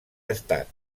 estat